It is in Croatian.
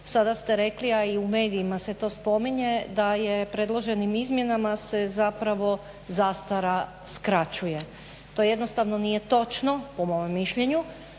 Sada ste rekli, a i u medijima se to spominje da je predloženim izmjenama se zapravo zastara skraćuje. To jednostavno nije točno po mome mišljenju,